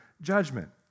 judgment